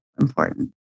important